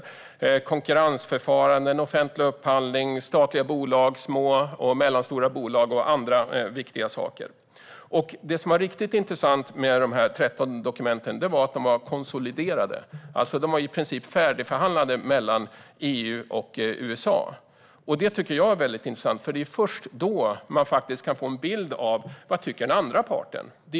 Det handlar om konkurrensförfaranden, offentlig upphandling, statliga bolag, små och mellanstora bolag och andra viktiga saker. Det som var riktigt intressant med de 13 dokumenten var att de var konsoliderade. De var i princip färdigförhandlade mellan EU och USA. Det tycker jag är väldigt intressant. Det är först då man kan få en bild av vad den andra parten tycker.